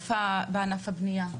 בענף הבנייה.